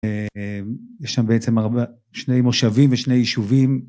יש שם בעצם שני מושבים ושני יישובים